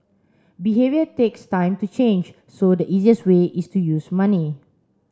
behaviour takes time to change so the easiest way is to use money